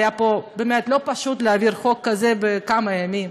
היה לא פשוט להעביר חוק כזה בכמה ימים.